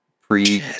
pre